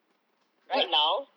right now